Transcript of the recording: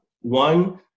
One